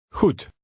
Goed